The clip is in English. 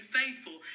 faithful